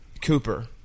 Cooper